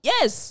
Yes